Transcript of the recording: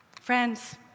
Friends